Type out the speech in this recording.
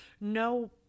No